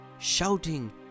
shouting